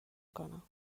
کنم